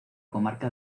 comarca